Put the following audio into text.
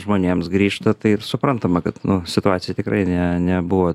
žmonėms grįžta tai ir suprantama kad nu situacija tikrai ne nebuvo